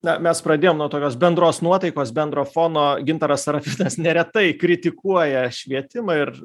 na mes pradėjom nuo tokios bendros nuotaikos bendro fono gintaras sarafinas neretai kritikuoja švietimą ir